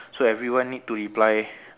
so every one need to reply